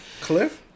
Cliff